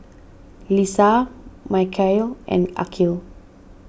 Lisa Mikhail and Aqil